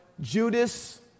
Judas